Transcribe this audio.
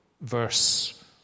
verse